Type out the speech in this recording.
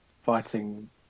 fighting